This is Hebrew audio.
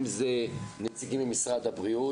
אם זה נציגים ממשרד הבריאות,